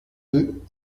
deux